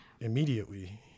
Immediately